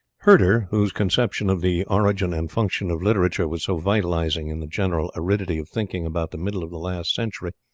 herder, whose conception of the origin and function of literature was so vitalizing in the general aridity of thinking about the middle of the last century,